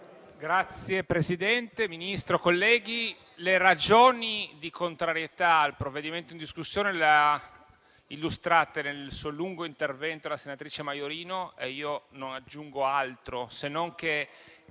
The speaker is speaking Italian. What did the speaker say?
Signor Presidente, signor Ministro, colleghi, le ragioni di contrarietà al provvedimento in discussione le ha illustrate nel suo lungo intervento la senatrice Maiorino. Io non aggiungo altro, se non che